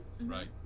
right